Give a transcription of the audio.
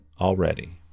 already